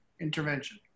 intervention